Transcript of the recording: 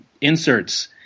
inserts